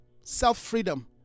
self-freedom